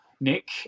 Nick